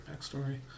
backstory